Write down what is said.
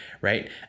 right